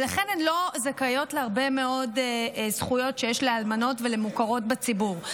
ולכן הן לא זכאיות להרבה מאוד זכויות שיש לאלמנות ולמוכרות בציבור.